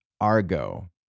Argo